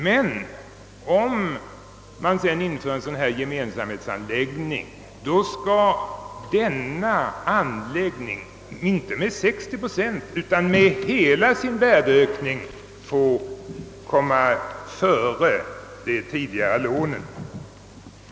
Men om man sedan bygger en gemensamhetsanläggning, så skall denna anläggning inte med 60 procent utan med hela sin kostnad dock intill fastighetens värdeökning få komma före de tidigare lånen.